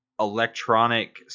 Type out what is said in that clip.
electronic